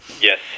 Yes